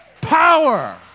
Power